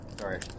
Sorry